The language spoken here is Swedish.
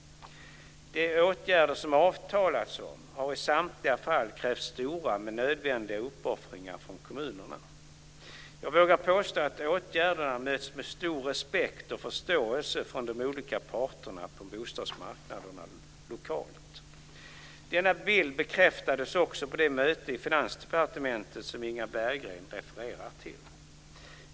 De åtgärder som avtalats om har i samtliga fall krävt stora men nödvändiga uppoffringar från kommunerna. Jag vågar påstå att åtgärderna mötts med stor respekt och förståelse från de olika parterna på bostadsmarknaderna lokalt. Denna bild bekräftades också på det möte i Finansdepartementet som Inga Berggren refererar till.